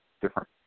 different